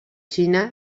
china